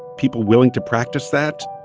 people willing to practice that.